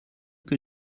que